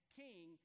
king